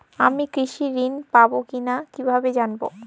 আমি কৃষি ঋণ পাবো কি না কিভাবে জানবো?